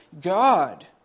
God